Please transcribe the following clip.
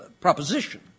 proposition